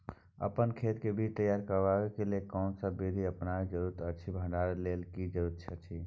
अपन खेत मे बीज तैयार करबाक के लेल कोनसब बीधी अपनाबैक जरूरी अछि आ भंडारण के लेल की जरूरी अछि?